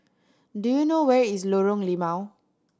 do you know where is Lorong Limau